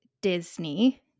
Disney